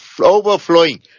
overflowing